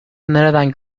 nereden